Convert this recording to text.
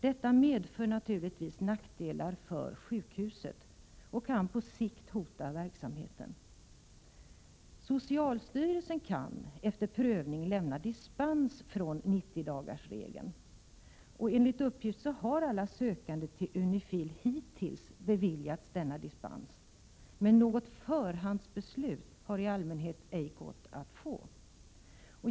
Detta medför naturligtvis nackdelar för sjukhuset och kan på sikt hota verksamheten. Socialstyrelsen kan efter prövning lämna dispens från 90-dagarsregeln. Enligt uppgift har alla sökande till UNIFIL hittills beviljats denna dispens, men något förhandsbeslut har i allmänhet ej gått att få.